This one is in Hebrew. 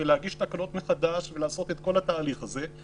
להגיש תקנות מחדש ולעשות את כל התהליך הזה.